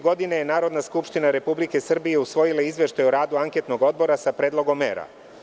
Godine 2006. je Narodna skupština Republike Srbije usvojila izveštaj o radu Anketnog odbora sa predlogom mera.